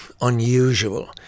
unusual